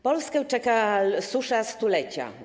Polskę czeka susza stulecia.